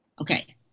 Okay